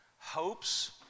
hopes